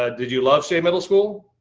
ah did you love shea middle school?